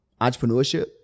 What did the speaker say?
entrepreneurship